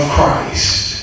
Christ